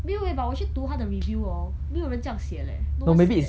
没有 eh but 我去读它的 review hor 没有人这样写 leh no one said that